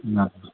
नापबै